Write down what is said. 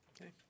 Okay